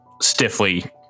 stiffly